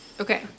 Okay